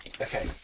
okay